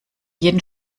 jeden